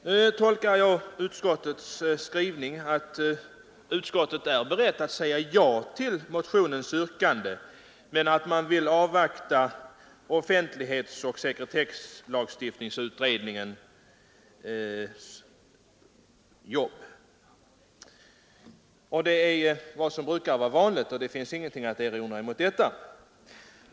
Nu tolkar jag emellertid utskottets skrivning så, att utskottet är berett att säga ja till motionens yrkande men att man först vill avvakta offentlighetsoch sekretesslagstiftningskommitténs resultat. Detta är väl det vanliga tillvägagångssättet, och det finns ingenting att erinra mot detta.